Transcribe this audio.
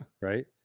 Right